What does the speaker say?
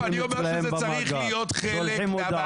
אני אומר שזה צריך להיות חלק מהמערך.